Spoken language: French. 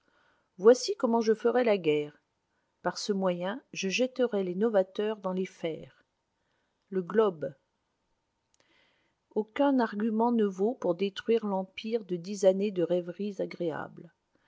voici comment je ferais la guerre par ce moyen je jetterais les novateurs dans les fers le globe aucun argument ne vaut pour détruire l'empire de dix années de rêveries agréables